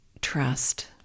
trust